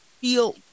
feel